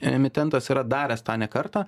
emitentas yra daręs tą ne kartą